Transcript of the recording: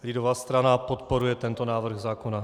Lidová strana podporuje tento návrh zákona.